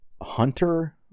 Hunter